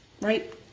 right